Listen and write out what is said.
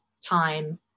time